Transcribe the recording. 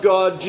God